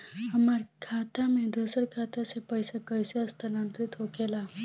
हमार खाता में दूसर खाता से पइसा कइसे स्थानांतरित होखे ला?